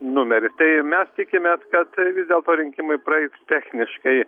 numeris tai mes tikimės kad vis dėlto rinkimai praeis techniškai